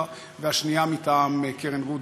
והשנייה מטעם קרן רודרמן.